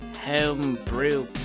homebrew